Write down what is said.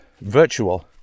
virtual